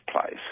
place